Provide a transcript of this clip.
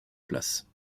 place